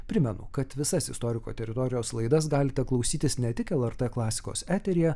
primenu kad visas istoriko teritorijos laidas galite klausytis ne tik lrt klasikos eteryje